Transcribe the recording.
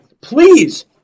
Please